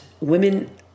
women